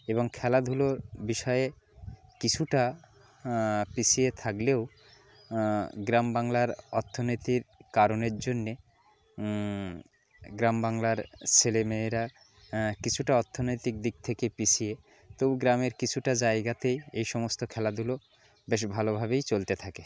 এবং খেলাধুলার বিষয়ে কিছুটা পিছিয়ে থাকলেও গ্রাম বাংলার অর্থনীতির কারণের জন্যে গ্রাম বাংলার ছেলে মেয়েরা কিছুটা অর্থনৈতিক দিক থেকে পিছিয়ে তবু গ্রামের কিছুটা জায়গাতেই এই সমস্ত খেলাধুলা বেশ ভালোভাবেই চলতে থাকে